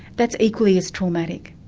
that's equally as traumatic.